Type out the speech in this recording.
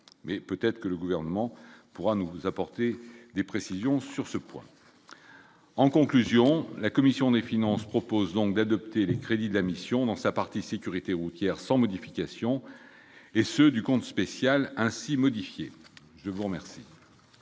mais peut-être que le gouvernement pourra nous apporter des précisions sur ce point, en conclusion, la commission des finances propose donc d'adopter les crédits de la mission dans sa partie sécurité routière sans modification et ceux du compte spécial ainsi modifiées, je vous en mer.